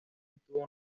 estuvo